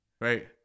right